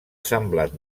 semblat